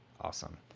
Awesome